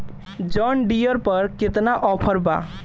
John Deere पर केतना offer बा?